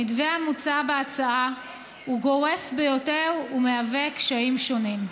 המתווה המוצע בהצעה גורף ביותר ומעורר קשיים שונים.